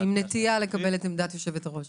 עם נטייה לקבל את עמדת יושבת-הראש.